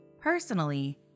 Personally